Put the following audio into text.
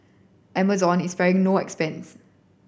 Amazon is sparing no expense